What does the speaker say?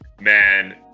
man